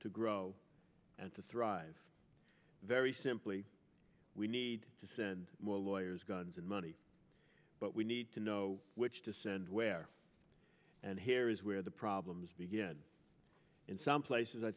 to grow and to thrive very simply we need to send more lawyers guns and money but we need to know which to send where and here is where the problems begin in some places i